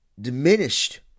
diminished